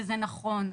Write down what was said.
וזה נכון.